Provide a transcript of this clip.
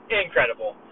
incredible